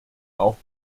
auch